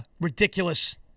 ridiculous